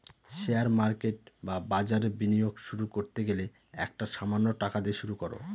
share market বা বাজারে বিনিয়োগ শুরু করতে গেলে একটা সামান্য টাকা দিয়ে শুরু করো